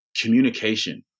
communication